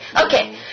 Okay